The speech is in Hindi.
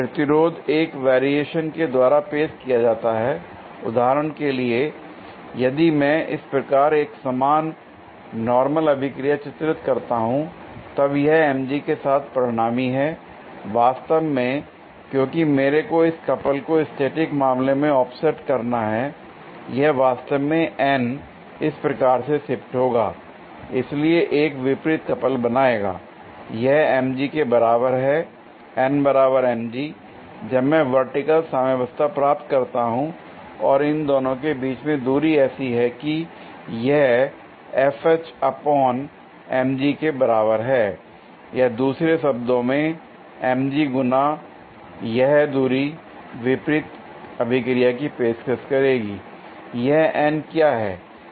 प्रतिरोध एक वेरिएशन के द्वारा पेश किया जाता है उदाहरण के लिए यदि मैं इस प्रकार एक समान नॉर्मल अभिक्रिया चित्रित करता हूं l तब यह mg के साथ परिणामी हैं l वास्तव में क्योंकि मेरे को इस कपल को स्टैटिक मामले में ऑफसेट करना है यह वास्तव में N इस प्रकार से शिफ्ट होगा इसलिए यह एक विपरीत कपल बनाएगा l यह mg के बराबर है जब मैं वर्टिकल साम्यवस्था प्राप्त करता हूं और इन दोनों के बीच में दूरी ऐसी है कि यह के बराबर है l या दूसरे शब्दों में mg गुना यह दूरी विपरीत अभिक्रिया की पेशकश करेगी l यह N क्या है